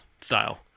style